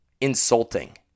insulting